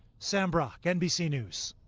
sam brock, nbc news.